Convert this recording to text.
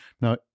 now